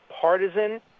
partisan